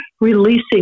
releasing